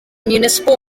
municipal